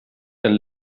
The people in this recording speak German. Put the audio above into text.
ihren